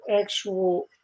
actual